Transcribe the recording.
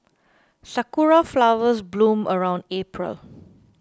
sakura flowers bloom around April